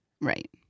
Right